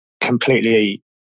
completely